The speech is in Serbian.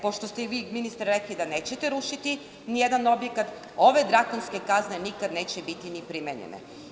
Pošto ste i vi, ministre, rekli da nećete rušiti nijedan objekat, ove drakonske kazne nikad neće biti primenjene.